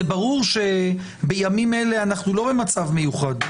זה ברור שבימים אלה אנחנו לא במצב מיוחד.